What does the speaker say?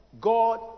God